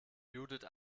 judith